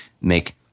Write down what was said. make